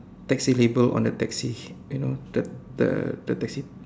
taxi label on the taxi you know the the the taxi